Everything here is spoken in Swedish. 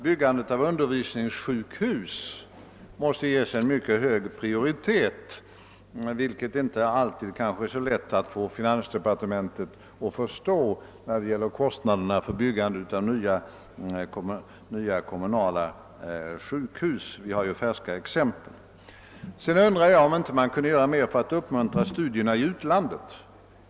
Byggandet av undervisningssjukhus måste vidare självfallet ges en mycket hög prioritet. Det är emellertid inte alltid så lätt att få finansdepartementet att förstå detta när det gäller att medge upplåning för byggande av nya kommunala sjukhus. Det finns färska exempel på den saken. Jag undrar också om man inte kan göra mer för att uppmuntra studier i utlandet inom spärrade studieområden.